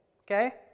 okay